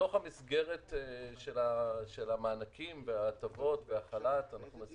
בתוך המסגרת של המענקים וההטבות והחל"ת אנחנו מנסים